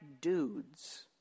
dudes